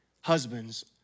husbands